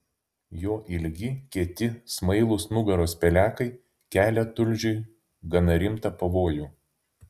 jo ilgi kieti smailūs nugaros pelekai kelia tulžiui gana rimtą pavojų